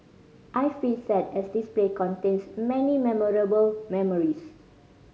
I feel sad as this place contains many memorable memories